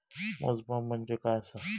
मोजमाप म्हणजे काय असा?